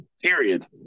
period